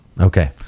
Okay